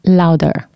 louder